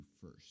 first